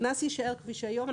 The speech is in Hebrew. גובה הקנס יישאר כפי שהוא היום.